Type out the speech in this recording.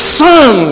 son